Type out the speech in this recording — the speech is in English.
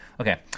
okay